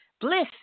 Bliss